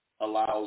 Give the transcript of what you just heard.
allows –